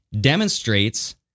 demonstrates